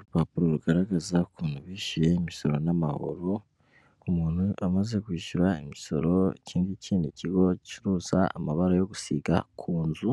Urupapuro rugaragaza ko umuntu yishyuye imisoro n'amahoro. Umuntu amaze kwishyura imisoro ikingiki ni ikigo gicuruza amabara yo gusiga ku nzu.